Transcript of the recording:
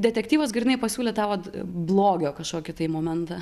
detektyvas grynai pasiūlė tą vat blogio kažkokį tai momentą